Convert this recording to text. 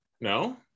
No